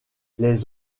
les